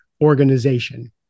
organization